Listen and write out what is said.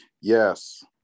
yes